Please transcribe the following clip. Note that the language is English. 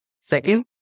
Second